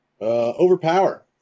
overpower